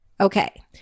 Okay